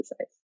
exercise